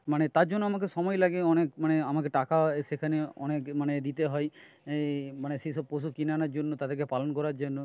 মানে তার জন্য আমাকে সময় লাগে অনেক মানে আমাকে টাকা সেখানে অনেক মানে দিতে হয় মানে সেই সব পশু কিনে আনার জন্য তাদেরকে পালন করার জন্য